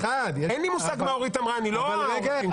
אין לי מושג מה אורית אמרה, אני לא העורך-דין שלה.